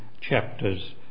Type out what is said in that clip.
chapters